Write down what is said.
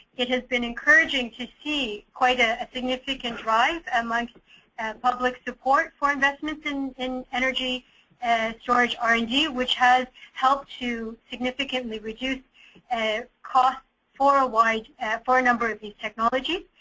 it has been encouraging to see quite a a significant rise among and like and public support for investments in in energy and storage r and d which has helped to significantly reduce a cost for a wide for a number of these technologies,